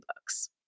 books